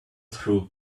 through